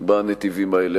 בנתיבים האלה.